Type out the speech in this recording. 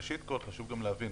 חשוב להבין,